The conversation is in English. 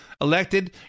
Elected